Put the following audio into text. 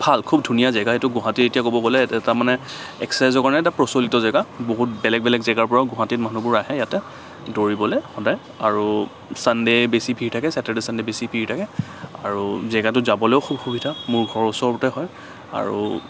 ভাল খুব ধুনীয়া জেগা সেইটো গুৱাহাটীৰ এতিয়া ক'ব গ'লে এটা মানে এক্সেছাইজৰ কাৰণে এটা প্ৰচলিত জেগা বহুত বেলেগ বেলেগ জেগাৰ পৰা গুৱাহাটীত মানুহবোৰ আহে ইয়াতে দৌৰিবলে সদায় আৰু ছানদে বেছি ভিৰ থাকে চেটাৰদে চানদে বেছি ভিৰ থাকে আৰু জেগাটো যাবলৈও খুব সুবিধা মোৰ ঘৰৰ ওচৰতে হয় আৰু